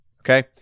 Okay